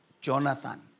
Jonathan